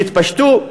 יתפשטו,